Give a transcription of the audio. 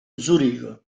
zurigo